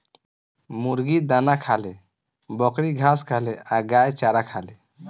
मुर्गी दाना खाले, बकरी घास खाले आ गाय चारा खाले